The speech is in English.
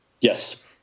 Yes